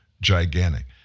Gigantic